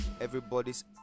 everybody's